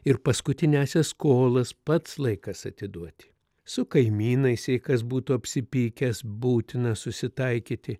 ir paskutiniąsias skolas pats laikas atiduoti su kaimynais jei kas būtų apsipykęs būtina susitaikyti